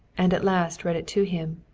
and at last read it to him.